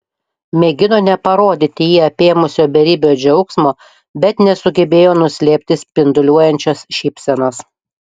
mėgino neparodyti jį apėmusio beribio džiaugsmo bet nesugebėjo nuslėpti spinduliuojančios šypsenos